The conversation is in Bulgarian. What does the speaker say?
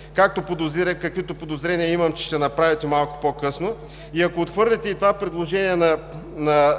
всички пенсии, каквито подозрения имам, че ще направите малко по-късно, и ако отхвърлите това предложение на